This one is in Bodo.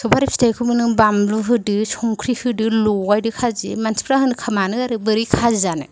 सफारि फिथायखौबो नों बानलु होदो संख्रि होदो लगायदो खाजि मानसिफ्रा होनो मानो आरो बोरै खाजि जानो